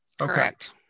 Correct